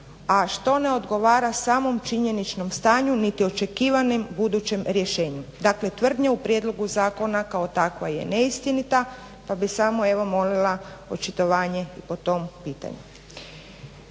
a što ne odgovara samom činjeničnom stanju niti očekivanom budućem rješenju. Dakle tvrdnje u prijedlogu zakona kao takva je neistinita pa bih samo evo molila očitovanje i po tom pitanju.